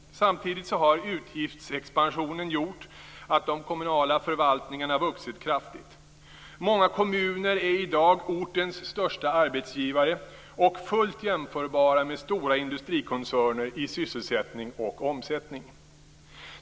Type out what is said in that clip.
Samtidigt har utgiftsexpansionen gjort att de kommunala förvaltningarna vuxit kraftigt. Många kommuner är i dag ortens största arbetsgivare och fullt jämförbara med stora industrikoncerner i sysselsättning och omsättning.